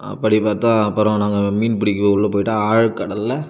அப்படி பார்த்தா அப்புறம் நாங்கள் மீன் பிடிக்க உள்ளே போயிட்டால் ஆழ்கடலில்